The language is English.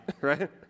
right